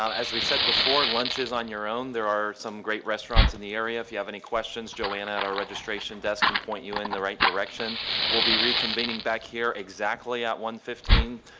um as we said before lunch is on your own there are some great restaurants in the area if you have any questions joanna at our registration desk and point you in the right direction we will be reconvening back here exactly at one fifteen.